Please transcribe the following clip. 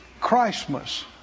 christmas